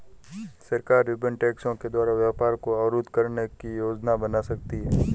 सरकार विभिन्न टैक्सों के द्वारा व्यापार को अवरुद्ध करने की योजना बना सकती है